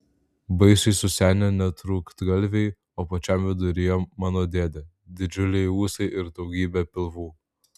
baisiai susenę nutrūktgalviai o pačiam viduryje mano dėdė didžiuliai ūsai ir daugybė pilvų